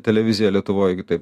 televizija lietuvoj taip